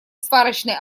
сварочный